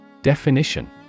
Definition